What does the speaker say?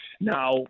Now